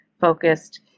focused